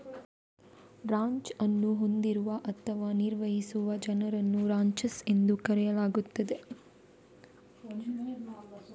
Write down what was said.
ranch ಅನ್ನು ಹೊಂದಿರುವ ಅಥವಾ ನಿರ್ವಹಿಸುವ ಜನರನ್ನು ರಾಂಚರ್ಸ್ ಎಂದು ಕರೆಯಲಾಗುತ್ತದೆ